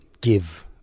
give